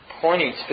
pointing